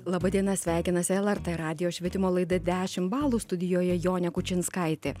laba diena sveikinasi lrt radijo švietimo laida dešim balų studijoje jonė kučinskaitė